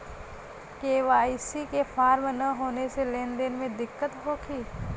KYC के form न होले से लेन देन में दिक्कत होखी?